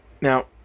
now